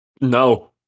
No